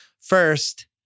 First